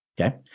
Okay